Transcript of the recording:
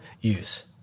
use